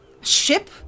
Ship